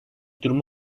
durumu